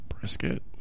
Brisket